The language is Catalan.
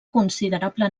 considerable